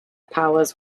powers